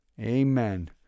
Amen